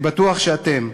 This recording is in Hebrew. אני בטוח שאתם,